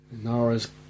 Nara's